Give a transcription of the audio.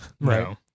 Right